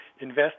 invest